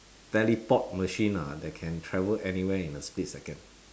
teleport machine ah that can travel anywhere in a split second